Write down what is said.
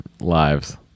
lives